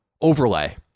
overlay